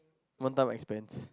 one time expense